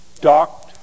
docked